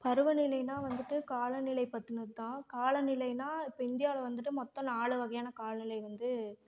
பருவநிலைனால் வந்துட்டு காலநிலை பற்றினது தான் காலநிலைனால் இப்போ இந்தியாவில் வந்துட்டு மொத்தம் நாலு வகையான காலநிலை வந்து